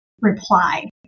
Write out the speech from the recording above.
reply